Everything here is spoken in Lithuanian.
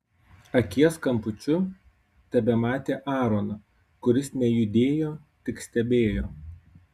akies kampučiu tebematė aaroną kuris nejudėjo tik stebėjo